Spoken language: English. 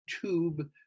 tube